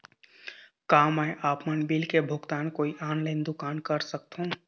का मैं आपमन बिल के भुगतान कोई ऑनलाइन दुकान कर सकथों?